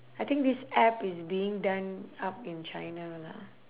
I think this app is being done up in china lah